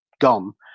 gone